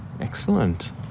Excellent